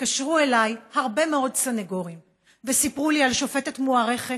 התקשרו אליי הרבה מאוד סנגורים וסיפרו לי על שופטת מוערכת,